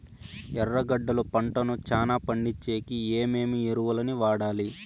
ఎర్రగడ్డలు పంటను చానా పండించేకి ఏమేమి ఎరువులని వాడాలి?